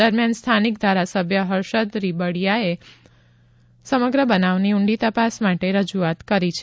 દરમિયાન સ્થાનિક ધારાસભ્ય હર્ષદ રીબડીયાએ સમગ્ર બનાવની ઊંડી તપાસ માટે રજૂઆત કરી છે